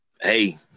Hey